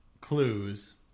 clues